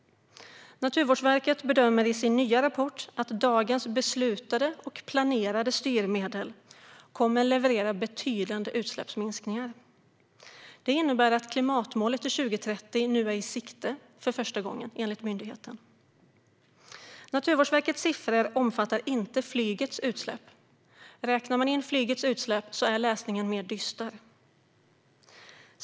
Naturvårdsverket bedömer i sin nya rapport att dagens beslutade och planerade styrmedel kommer att leverera betydande utsläppsminskningar. Det innebär att klimatmålet till 2030 för första gången nu är i sikte, enligt myndigheten. Naturvårdsverkets siffror omfattar inte flygets utsläpp. Räknar man in flygets utsläpp är läsningen mer dyster.